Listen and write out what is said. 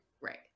right